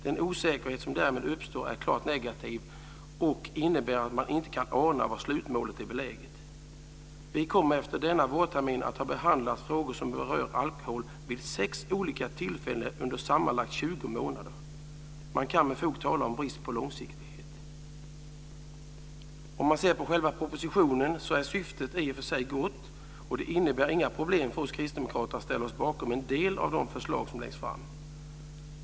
Den osäkerhet som därmed uppstår är klart negativ och innebär att man inte kan ana var slutmålet är beläget. Vi kommer efter denna vårtermin att ha behandlat frågor som berör alkohol vid sex olika tillfällen under sammanlagt 20 månader. Man kan med fog tala om brist på långsiktighet. Om man ser på själva propositionen är syftet i sig gott, och det innebär inga problem för oss kristdemokrater att ställa oss bakom en del av de förslag som läggs fram.